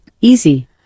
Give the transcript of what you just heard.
easy